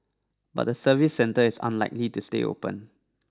but the service centre is unlikely to stay open